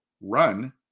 run